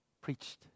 preached